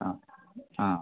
ആ ആ